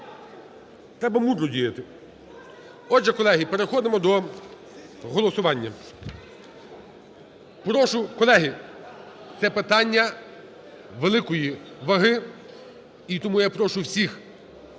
Треба мудро діяти. Отже, колеги, переходимо до голосування. Прошу, колеги! Це питання великої ваги, і тому я прошу всіх